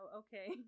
okay